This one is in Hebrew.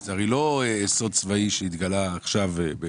לצערי זה לא סוד צבאי שהתגלה עכשיו.